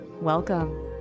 welcome